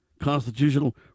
constitutional